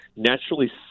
naturally